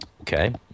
Okay